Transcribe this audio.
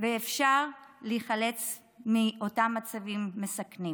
ושאפשר להיחלץ מאותם מצבים מסכנים.